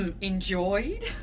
enjoyed